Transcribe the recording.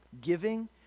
giving